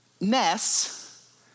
mess